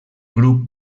grup